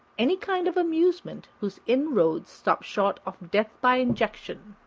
any kind of amusement whose inroads stop short of death by injection.